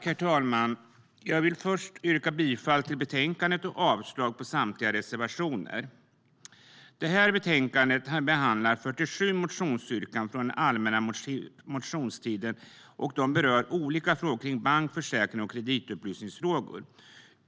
Herr talman! Jag vill först yrka bifall till utskottets förslag i betänkandet och avslag på samtliga reservationer. I betänkandet behandlas 47 motionsyrkanden från den allmänna motionstiden. De berör olika frågor kring bank och försäkring samt kreditupplysning.